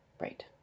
Right